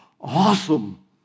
awesome